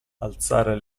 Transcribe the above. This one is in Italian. alzare